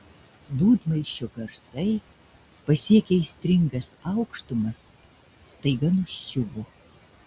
dūdmaišio garsai pasiekę aistringas aukštumas staiga nuščiuvo